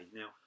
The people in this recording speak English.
now